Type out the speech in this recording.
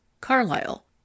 Carlyle